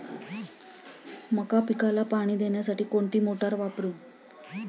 मका पिकाला पाणी देण्यासाठी कोणती मोटार वापरू?